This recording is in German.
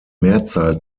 mehrzahl